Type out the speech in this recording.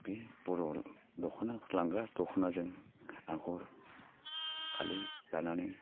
बि बर' दख'ना लांगा दख'नाजों आगर फालि दानानै